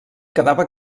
quedava